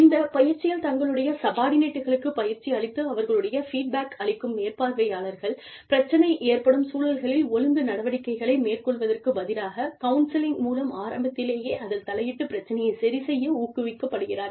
இந்த பயிற்சியில் தங்களுடைய சப்பார்டினேட்களுக்கு பயிற்சி அளித்து அவர்களுக்கு ஃபீட்பேக் அளிக்கும் மேற்பார்வையாளர்கள் பிரச்சனை ஏற்படும் சூழல்களில் ஒழுங்கு நடவடிக்கைகளை மேற்கொள்வதற்குப் பதிலாக கவுன்சிலிங் மூலம் ஆரம்பத்திலேயே அதில் தலையிட்டு பிரச்சனையைச் சரிசெய்ய ஊக்குவிக்கப்படுகிறார்கள்